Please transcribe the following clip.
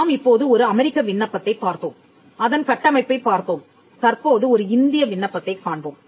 நாம் இப்போது ஒரு அமெரிக்க விண்ணப்பத்தைப் பார்த்தோம் அதன் கட்டமைப்பைப் பார்த்தோம் தற்போது ஒரு இந்திய விண்ணப்பத்தைக் காண்போம்